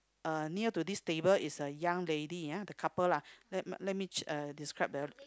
uh near to this table is a young lady ah the couple lah let let me uh describe the